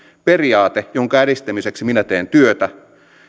periaate jonka edistämiseksi minä teen työtä